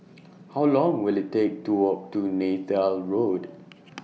How Long Will IT Take to Walk to Neythal Road